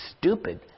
stupid